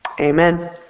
Amen